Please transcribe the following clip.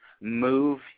move